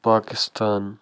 Pakistan